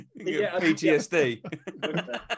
PTSD